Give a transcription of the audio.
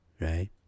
right